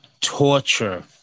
torture